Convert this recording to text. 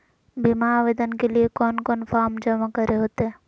बीमा आवेदन के लिए कोन कोन फॉर्म जमा करें होते